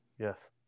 Yes